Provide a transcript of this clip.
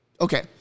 Okay